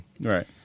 Right